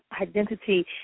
identity